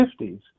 1950s